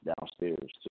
downstairs